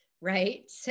right